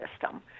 system